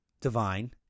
divine